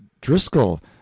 Driscoll